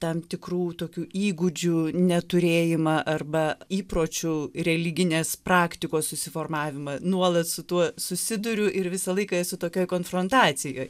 tam tikrų tokių įgūdžių neturėjimą arba įpročių religinės praktikos susiformavimą nuolat su tuo susiduriu ir visą laiką esu tokioj konfrontacijoj